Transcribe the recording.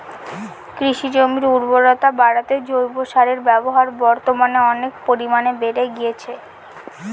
কৃষিজমির উর্বরতা বাড়াতে জৈব সারের ব্যবহার বর্তমানে অনেক পরিমানে বেড়ে গিয়েছে